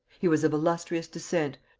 he was of illustrious descent,